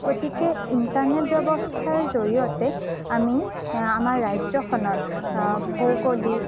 গতিকে ইণ্টাৰনেট ব্যৱস্থাৰ জৰিয়তে আমি আমাৰ ৰাজ্যখনৰ ভৌগোলিক